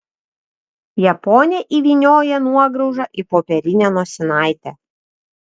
japonė įvynioja nuograužą į popierinę nosinaitę